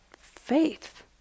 faith